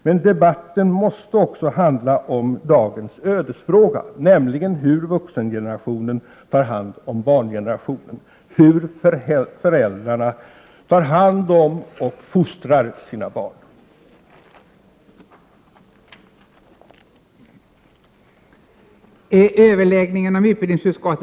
Men debatten måste också handla om dagens ödesfråga, nämligen om hur vuxengenerationen tar hand om barngenerationen, hur föräldrarna tar hand om och fostrar sina barn. Kammaren övergick till att fatta beslut i ärendet.